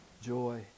joy